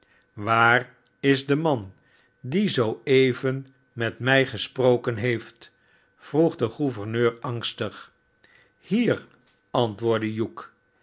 waar is de man die zoo even met mij gesproken heeft vroegde gouverneur angstig hier antwoordde